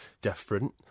different